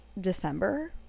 December